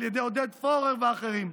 על ידי עודד פורר ואחרים.